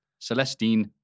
Celestine